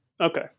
Okay